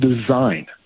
design